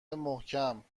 محکم